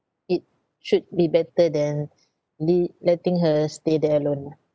it should be better than lea~ letting her stay there alone ah